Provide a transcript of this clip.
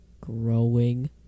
growing